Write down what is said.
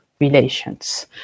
relations